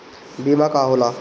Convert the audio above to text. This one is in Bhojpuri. बीमा का होला?